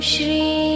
Shri